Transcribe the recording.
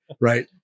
Right